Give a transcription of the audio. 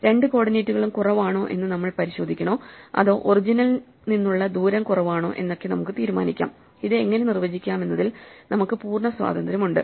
രണ്ട് കോർഡിനേറ്റുകളും കുറവാണോ എന്ന് നമ്മൾ പരിശോധിക്കണോ അതോ ഒറിജിനിൽ നിന്നുള്ള ദൂരം കുറവാണോ എന്നൊക്കെ നമുക്ക് തീരുമാനിക്കാം ഇത് എങ്ങനെ നിർവചിക്കാമെന്നതിൽ നമുക്ക് പൂർണ്ണ സ്വാതന്ത്ര്യമുണ്ട്